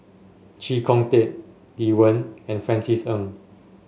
Chee Kong Tet Lee Wen and Francis Ng